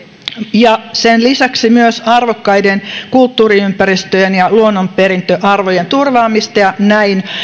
ja sen lisäksi myös arvokkaiden kulttuuriympäristöjen ja luonnonperintöarvojen turvaamista ja näin